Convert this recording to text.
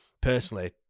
personally